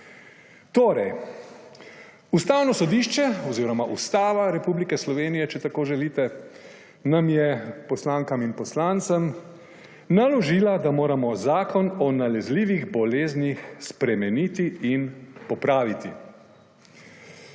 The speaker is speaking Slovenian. bolezni. Ustavno sodišče oziroma Ustava Republike Slovenije, če tako želite, nam je, poslankam in poslancem, naložila, da moramo Zakon o nalezljivih boleznih spremeniti in popraviti.